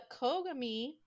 kogami